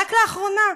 רק לאחרונה.